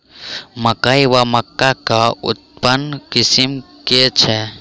मकई वा मक्का केँ उन्नत किसिम केँ छैय?